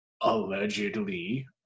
allegedly